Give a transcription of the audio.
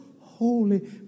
holy